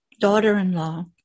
daughter-in-law